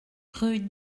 rue